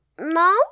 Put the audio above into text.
no